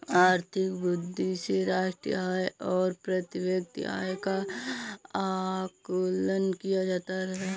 आर्थिक वृद्धि से राष्ट्रीय आय और प्रति व्यक्ति आय का आकलन किया जाता है